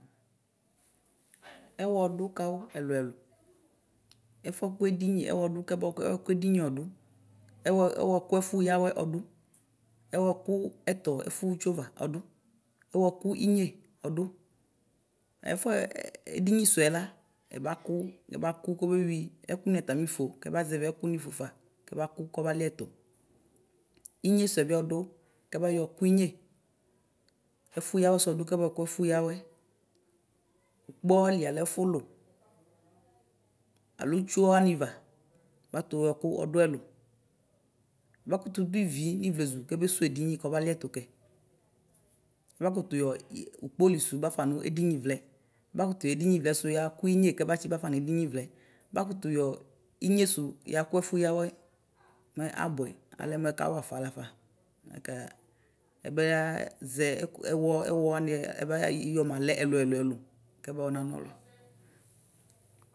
Ɛwɔ dʋkawʋ ɛlʋ ɛlʋ ɛfɔkʋ edini ɛwɔdʋ kɛbɔkʋ edini ɔdʋ ɛwɔkʋ ɛfuya awɛ ɔdʋ ɛwɔkʋ ɛtɔ ɛfʋxa itsava ɔdʋ ɛwɔkʋ inye ɔdʋ edisʋɛla ɛbakʋ kɔbewi ɛkʋni amifo kɛbayɛvi ɛkʋni fʋefa kɛbakʋ kɔbaliɛtʋ inye sʋɛbi ɔdʋ kɛbayɔ ku inye ɛfʋyawɛ sʋ ɔdʋ kɛbayɔkʋ ɛfoya awɛ ʋkpɔali alo ɛfulu alo ʋtsʋ waniva batuyɔkʋ ɔdʋ ɛlʋ abakʋtʋ dʋ ivi nʋ ivlezʋ kebesʋwʋ edini kɔba liɛtukɛ abakʋtʋ yɔ ʋkpɔli sʋ yɔ bafa nʋ edinivlɛ ɛbakʋtʋ yɛ inyesʋ yakʋ ɛfʋyawɛ mɛ abʋɛ alɛmʋ ɛkawafa lafa aka ɛbazɛ ɛkʋ ɛwɔwani ɛbayɔ malɛ ɛlʋ ɛlʋ kɛbana ɔlʋ.